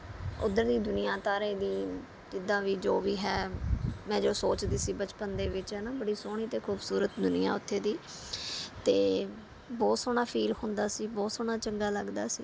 ਉੱਧਰ ਦੀ ਦੁਨੀਆਂਦਾਰੀ ਵੀ ਜਿੱਦਾਂ ਵੀ ਜੋ ਵੀ ਹੈ ਮੈਂ ਜੋ ਸੋਚਦੀ ਸੀ ਬਚਪਨ ਦੇ ਵਿੱਚ ਹੈ ਨਾ ਬੜੀ ਸੋਹਣੀ ਅਤੇ ਖੂਬਸੂਰਤ ਦੁਨੀਆਂ ਉੱਥੇ ਦੀ ਅਤੇ ਬਹੁਤ ਸੋਹਣਾ ਫੀਲ ਹੁੰਦਾ ਸੀ ਬਹੁਤ ਸੋਹਣਾ ਚੰਗਾ ਲੱਗਦਾ ਸੀ